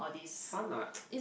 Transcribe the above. fun [what]